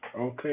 Okay